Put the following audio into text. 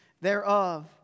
thereof